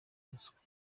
ruswa